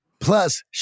Plus